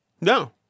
No